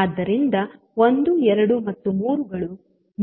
ಆದ್ದರಿಂದ 1 2 ಮತ್ತು 3 ಗಳು